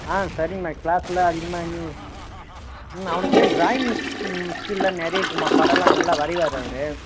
ஆ சரிங்கம்மா க்ளாஸ்ல அதிகமாக நீ ம் அவனுக்கு டிராயிங் ஸ்கில்லாம் நிறையா இருக்குதுமா படம்லாம் நல்லா வரையுவாரு அவர்